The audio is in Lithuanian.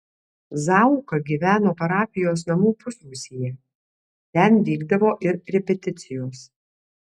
zauka gyveno parapijos namų pusrūsyje ten vykdavo ir repeticijos